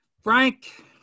Frank